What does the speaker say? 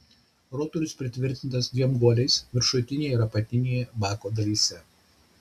rotorius pritvirtintas dviem guoliais viršutinėje ir apatinėje bako dalyse